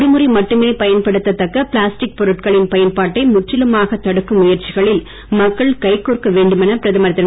ஒருமுறை மட்டுமே பயன்படுத்தத் தக்க பிளாஸ்டிக் பொருட்களின் பயன்பாட்டை முற்றிலுமான தடுக்கும் முயற்சிகளில் மக்கள் கை கோர்க்க வேண்டும் என பிரதமர் திரு